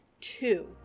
two